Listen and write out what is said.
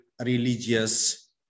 religious